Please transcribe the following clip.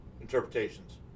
interpretations